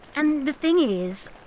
and the thing is,